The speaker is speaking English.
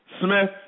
Smith